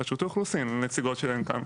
רשות האוכלוסין, הנציגות שלהם כאן.